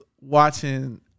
watching